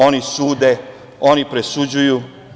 Oni sude, oni presuđuju.